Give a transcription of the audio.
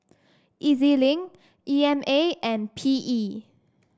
E Z Link E M A and P E